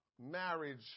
marriage